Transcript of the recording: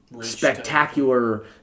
spectacular